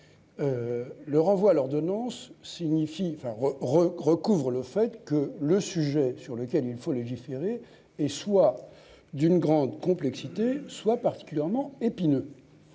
le recours à l'ordonnance est lié au fait que le sujet sur lequel il faut légiférer est soit d'une grande complexité, soit particulièrement épineux.